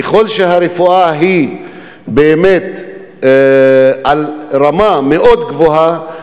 ככל שהרפואה היא באמת על רמה מאוד גבוהה,